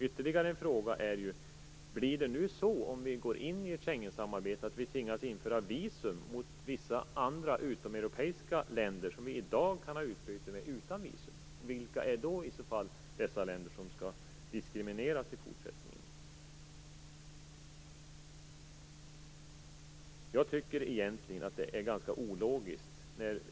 Ytterligare en fråga är om vi tvingas införa visum gentemot vissa andra, utomeuropeiska länder som vi i dag kan ha utbyte med utan visum, om vi går in i Schengensamarbetet. Vilka är i så fall de länder som skall diskrimineras i fortsättningen?